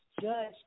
judge